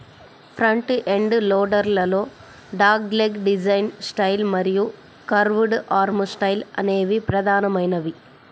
front end loader లలో dogleg design style మరియు curved arm style అనేవి ప్రధానమైనవి